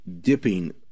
dipping